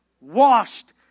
Washed